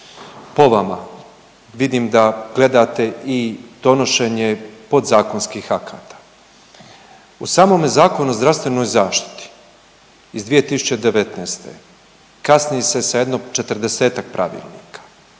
po vama vidim da gledate i donošenje podzakonskih akata. U samome Zakonu o zdravstvenoj zaštiti iz 2019. kasni se sa jedno 40-tak pravilnika.